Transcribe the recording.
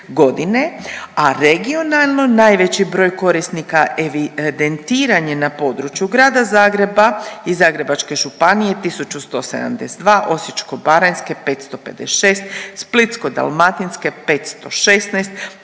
a regionalno najveći broj korisnika evidentiran je na području grada Zagreba i Zagrebačke županije 1172, Osječko-baranjske 556, Splitsko-dalmatinske 516,